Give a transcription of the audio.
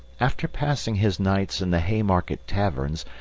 after passing his nights in the haymarket taverns,